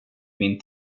min